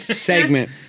segment